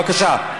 בבקשה.